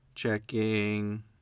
Checking